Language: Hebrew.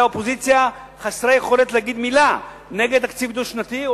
האופוזיציה חסרי יכולת להגיד מלה נגד תקציב דו-שנתי.